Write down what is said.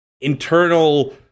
internal